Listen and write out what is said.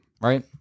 Right